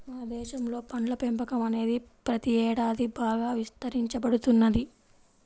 మన దేశంలో పండ్ల పెంపకం అనేది ప్రతి ఏడాది బాగా విస్తరించబడుతున్నది